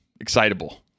excitable